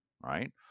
right